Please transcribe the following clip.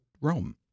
Rome